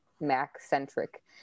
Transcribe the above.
Mac-centric